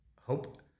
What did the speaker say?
hope